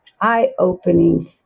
eye-opening